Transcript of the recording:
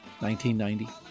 1990